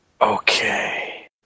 okay